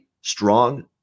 strong